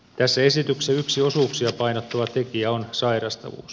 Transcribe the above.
tässä esityksessä yksi osuuksia painottava tekijä on sairastavuus